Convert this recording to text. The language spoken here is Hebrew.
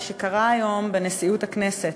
שקרה היום בנשיאות הכנסת.